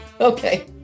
Okay